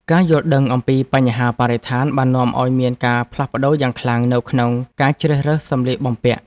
ការយល់ដឹងអំពីបញ្ហាបរិស្ថានបាននាំឱ្យមានការផ្លាស់ប្តូរយ៉ាងខ្លាំងនៅក្នុងការជ្រើសរើសសម្លៀកបំពាក់។